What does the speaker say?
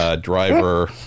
driver